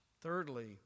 Thirdly